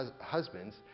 husbands